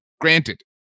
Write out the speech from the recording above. granted